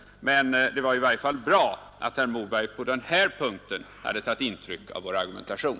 Det är i alla fall bra att herr Moberg på den här punkten har tagit intryck av vår argumentation.